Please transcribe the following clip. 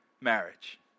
marriage